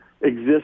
exist